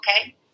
okay